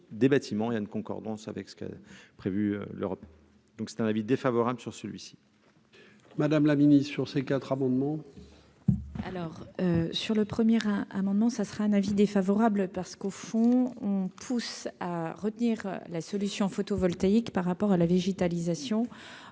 des bâtiments, il y a une concordance avec ce que prévu, l'Europe, donc c'est un avis défavorable sur celui-ci. Madame la Ministre, sur ces quatre amendements. Alors sur le premier, un amendement, ça sera un avis défavorable, parce qu'au fond on pousse à retenir la solution photovoltaïque par rapport à la végétalisation,